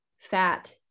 fat